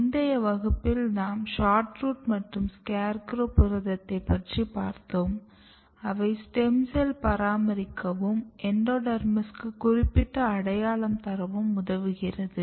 முந்தைய வகுப்புகளில் நாம் SHORTROOT மற்றும் SCARECROW புரதத்தை பற்றி பார்த்தோம் அவை ஸ்டெம் செல் பராமரிக்கவும் எண்டோடேர்மிஸுக்கு குறிப்பிட்ட அடையாளம் தரவும் உதவுகிறது